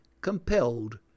compelled